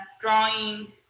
drawing